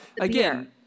again